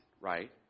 right